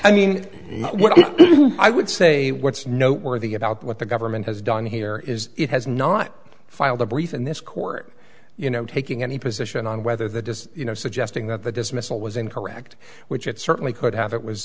i mean what i would say what's noteworthy about what the government has done here is it has not filed a brief in this court you know taking any position on whether the you know suggesting that the dismissal was incorrect which it certainly could have it was